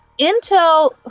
Intel